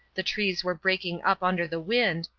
the trees were breaking up under the wind,